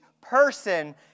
person